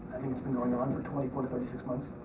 i think it's been going on for twenty four to thirty six months.